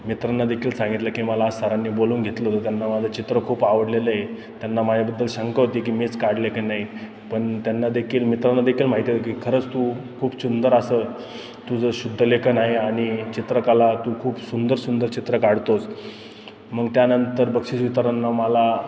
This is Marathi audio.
मित्रांना देखील सांगितलं की मला आज सरांनी बोलावून घेतलं होतं त्यांना माझं चित्र खूप आवडलेलं आहे त्यांना माझ्याबद्दल शंका होती की मीच काढलं आहे की नाही पण त्यांना देखील मित्रांना देखील माहिती होती की खरंच तू खूप सुंदर असं तुझं शुद्ध लेखन आहे आणि चित्रकला तू खूप सुंदर सुंदर चित्र काढतोस मग त्यानंतर बक्षीस वितरण मला